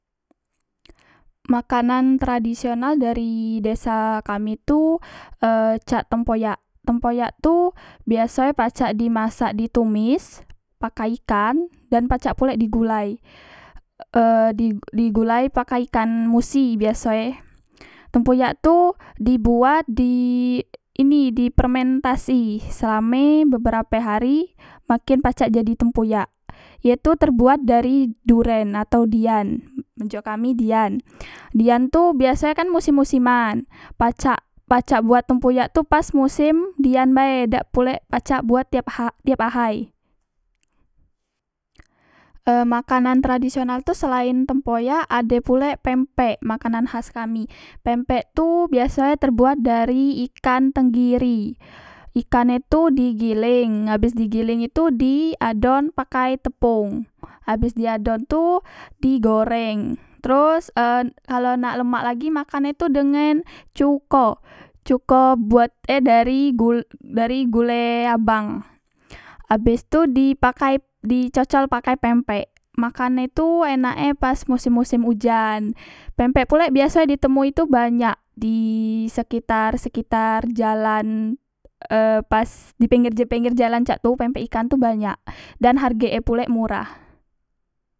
Makanan tradisional dari desa kami tu e cak tempoyak tempoyak tu biaso e pacak di masak di tumis pakai ikan dan pacak pulek di gulai e di di gulai pakai ikan musi biaso e tempuyak tu dibuat di ini di permentasi selame beberape hari make pacak jadi tempoyak ye tu terbuat dari duren na atau dian beso kami dian dian tu biasoe kan musim musiman pacak pacak buat tempuyak tu pas mosem dian bae dak bole pacak buat tiap hak tiap ahay e makanan tradisional tu selaen tempoyak ade pulek pempek makanan khas kami pempek tu biasoe terbuat dari ikan tenggiri ikan e tu di geleng nah abes di geleng itu di adon pakai tepong abes di adon tu di goreng teros e kalo nak lemak lagi makan e itu dengen cuko cuko buat e dari gul dari gule abang abes tu dipakai di cocol pakai pempek makan e tu enak e pas mosem mosem ujan pempek pulek biaso e di temui tu banyak di sekitar sekitar jalan e pas dipengger pengger jalan cak tu pempek ikan tu banyak dan hargek e pulek murah